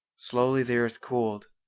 slowly the earth cooled,